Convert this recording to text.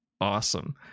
Awesome